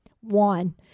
One